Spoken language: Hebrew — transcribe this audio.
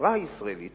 החברה הישראלית